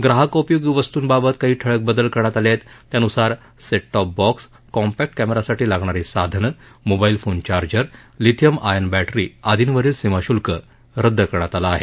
ग्राहकोपयोगी वस्तूंबाबत काही ठळक बदल करण्यात आले आहेत त्यानुसार सेट टॉप बॉक्स कॉम्पॅक्ट कॅमे यासाठी लागणारी साधनं mobile phone charger lithium iron battery आदींवरील सीमाशुल्क रद्द करण्यात आलं आहे